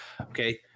okay